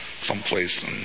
someplace